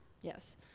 Yes